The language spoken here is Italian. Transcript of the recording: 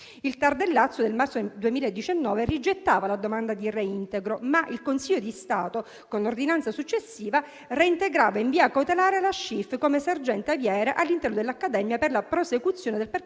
Il TAR del Lazio, nel marzo 2019, rigettava la domanda di reintegro, ma il Consiglio di Stato, con ordinanza successiva, reintegrava in via cautelare la Schiff come sergente aviere all'interno dell'Accademia per la prosecuzione del percorso